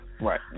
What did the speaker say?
Right